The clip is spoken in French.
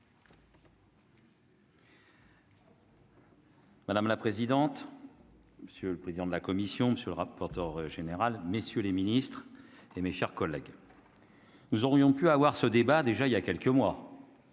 Madame la présidente, monsieur le président de la commission, monsieur le rapporteur général, messieurs les Ministres et mes chers collègues, nous aurions pu avoir ce débat déjà il y a quelques mois.